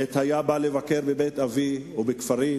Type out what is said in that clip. עת היה בא לבקר בבית אבי ובכפרי.